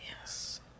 Yes